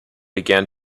began